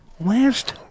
Last